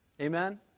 Amen